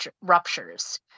ruptures